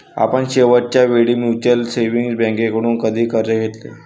आपण शेवटच्या वेळी म्युच्युअल सेव्हिंग्ज बँकेकडून कर्ज कधी घेतले?